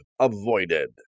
avoided